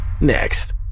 next